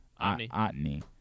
otney